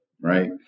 right